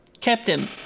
Captain